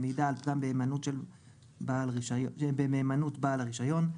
המעידה על פגם במהימנות בעל הרישיון.